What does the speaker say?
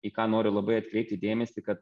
į ką noriu labai atkreipti dėmesį kad